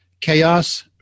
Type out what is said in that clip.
Chaos